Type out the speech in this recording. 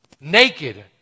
Naked